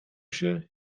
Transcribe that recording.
się